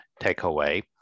takeaway